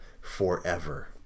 forever